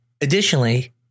Additionally